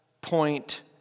point